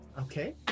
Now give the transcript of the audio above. Okay